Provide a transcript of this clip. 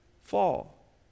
fall